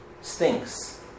stinks